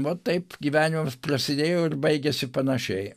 va taip gyvenimas prasidėjo ir baigiasi panašiai